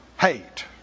hate